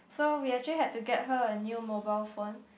so we actually had to get her a new mobile phone